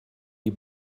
die